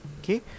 okay